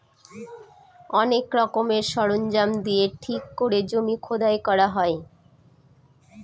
অনেক রকমের সরঞ্জাম দিয়ে ঠিক করে জমি খোদাই করা হয়